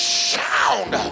sound